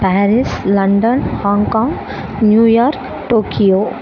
Paris London Hong Kong New York Tokyo